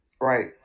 Right